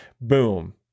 boom